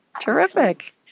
terrific